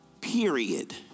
Period